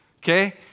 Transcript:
okay